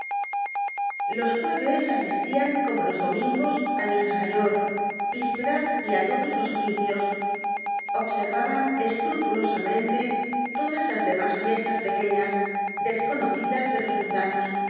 los jueves asistian como los domingos á misa mayor vísperas y á todos los oficios observaban escrupulosamente todas las demás fiestas pequeñas desconocidas de los mundanos